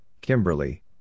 Kimberly